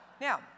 Now